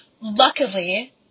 Luckily